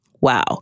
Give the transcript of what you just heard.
wow